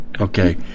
Okay